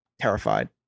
terrified